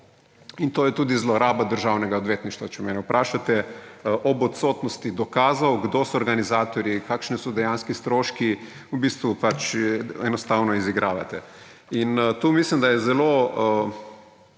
In to je tudi zloraba Državnega odvetništva, če mene vprašate, ob odsotnosti dokazov, kdo so organizatorji, kakšni so dejanski stroški, v bistvu je enostavno, izigravate. In tukaj mislim, da je zelo